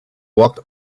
walked